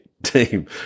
team